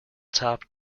top